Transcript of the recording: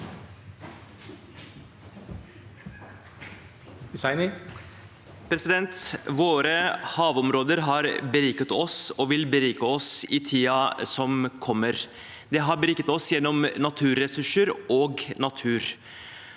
Våre havområder har beriket oss og vil berike oss i tiden som kommer. De har beriket oss gjennom naturressurser og natur.